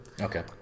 Okay